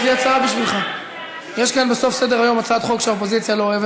בסוף סדר-היום יש הצעת חוק שהאופוזיציה לא אוהבת,